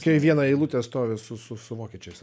kai į vieną eilutę stovi su su su vokiečiais